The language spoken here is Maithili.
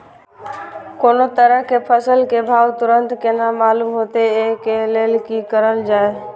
कोनो तरह के फसल के भाव तुरंत केना मालूम होते, वे के लेल की करल जाय?